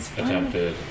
attempted